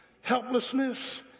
helplessness